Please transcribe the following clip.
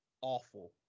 awful